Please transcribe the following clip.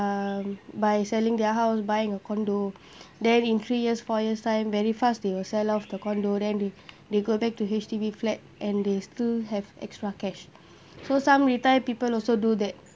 um by selling their house buying a condo then in three years' four years' time very fast they will sell off the condo then they they go back to H_D_B flat and they still have extra cash so some retired people also do that